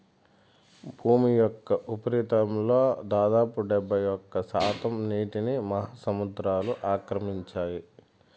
భూమి యొక్క ఉపరితలంలో దాదాపు డెబ్బైఒక్క శాతం నీటిని మహాసముద్రాలు ఆక్రమించాయి